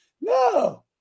No